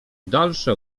dalsze